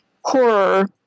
horror